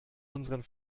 unseren